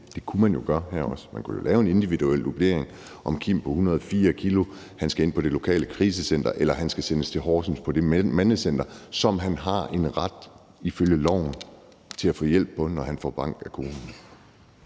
Det kunne man jo også gøre her. Man kunne jo lave en individuel vurdering af, om Kim på 104 kg skal ind på det lokale krisecenter, eller om han skal sendes til Horsens på det mandecenter, som han ifølge loven har en ret til at få hjælp på, når han får bank af konen.